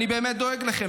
אני באמת דואג לכם.